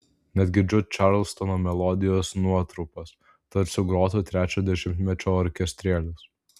net girdžiu čarlstono melodijos nuotrupas tarsi grotų trečio dešimtmečio orkestrėlis